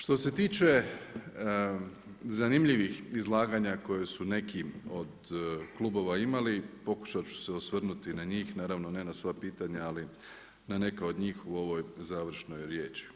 Što se tiče zanimljivih izlaganja koje su neki od klubova imali, pokušati ću se osvrnuti na njih, naravno ne na sva pitanja, ali na neka od njih u ovoj završnoj riječi.